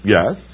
Yes